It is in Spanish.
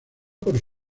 por